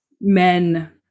men